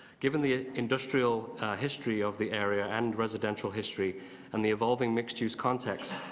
given the industrial history of the area and residential history and the evolving mixed use context,